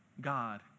God